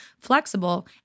flexible